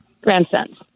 grandsons